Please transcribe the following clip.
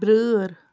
برٛٲر